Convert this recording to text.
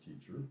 teacher